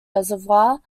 reservoir